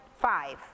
five